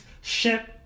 ship